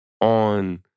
on